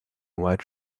white